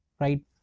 right